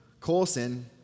Coulson